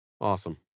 Awesome